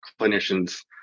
clinicians